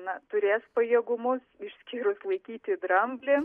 na turės pajėgumus išskyrus laikyti dramblį